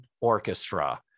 orchestra